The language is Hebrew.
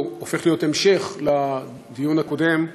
הופך להיות המשך לדיון הקודם,